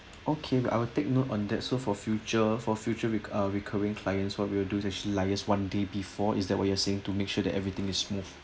okay I will take note on that so for future for future re~ ah recurring clients what we will go is actually liaise one day before is that what you are saying to make sure that everything is smooth